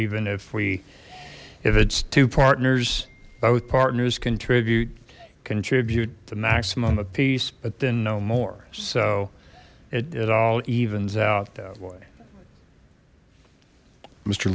even if we if it's two partners both partners contribute contribute the maximum a piece but then no more so it all evens out that way m